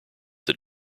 that